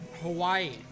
Hawaii